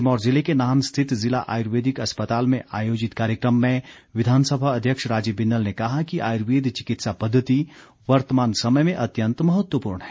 सिरमौर जिले के नाहन स्थित जिला आयुर्वेदिक अस्पताल में आयोजित कार्यक्रम में विधानसभा अध्यक्ष राजीव बिंदल ने कहा कि आयुर्वेद चिकित्सा पद्धति वर्तमान समय में अत्यंत महत्वपूर्ण है